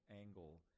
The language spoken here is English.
angle